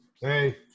Hey